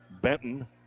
Benton